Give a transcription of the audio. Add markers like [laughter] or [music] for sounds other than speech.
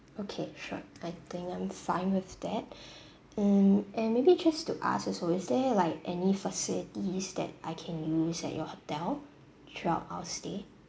okay sure I think I'm fine with that [breath] mm and maybe just to ask also is there like any facilities that I can use at your hotel throughout our stay